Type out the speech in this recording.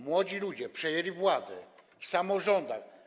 Młodzi ludzie przejęli władzę w samorządach.